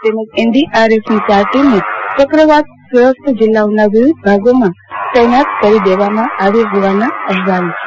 તેમજ N D R F ની ટીમો ચકવાતશ્રસ્ત જિલ્લાઓના વિવિધ ભાગોમાં તૈનાત કરી દેવામાં આવી હોવાના અહેવાલ છે